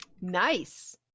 Nice